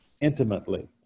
intimately